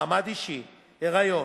מעמד אישי, היריון,